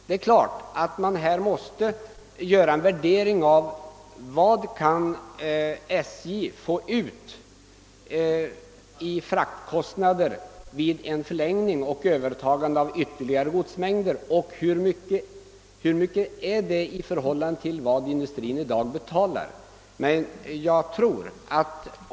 Det är klart att man här måste göra en värdering och undersöka hur mycket SJ vid en förlängning av bansträckorna och ett övertagande av ytterligare godsmängder kan få ut i fraktkostnader samt därefter jämföra detta belopp med vad industrin i dag betalar i fraktkostnader.